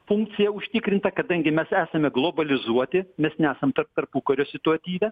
funkcija užtikrinta kadangi mes esame globalizuoti mes nesam tar tarpukario situatyve